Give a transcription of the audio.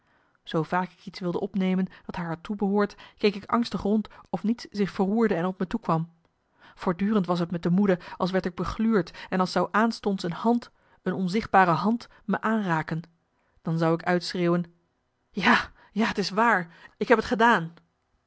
zoo vaak ik iets wilde opnemen dat haar had toebehoord keek ik angstig rond of niets zich verroerde en op me toekwam voortdurend was t me te moede als werd ik begluurd en als zou aanstonds een hand een onzichtbare hand me aanraken dan zou ik uitschreeuwen ja ja t is waar ik heb t gedaan